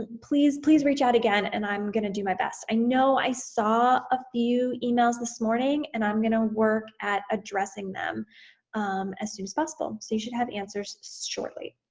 ah please, please reach out again and i'm gonna do my best. i know i saw a few emails this morning, and i'm gonna work at addressing them as soon as possible. so you should have the answers shortly.